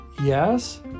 Yes